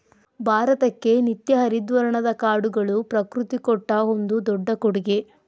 ಭಾರತಕ್ಕೆ ನಿತ್ಯ ಹರಿದ್ವರ್ಣದ ಕಾಡುಗಳು ಪ್ರಕೃತಿ ಕೊಟ್ಟ ಒಂದು ದೊಡ್ಡ ಕೊಡುಗೆ